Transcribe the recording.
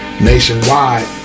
nationwide